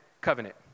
Covenant